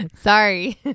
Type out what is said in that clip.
sorry